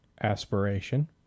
aspiration